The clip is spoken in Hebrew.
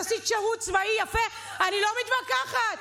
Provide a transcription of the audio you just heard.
עשית שירות צבאי יפה, אני לא מתווכחת.